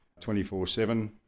24-7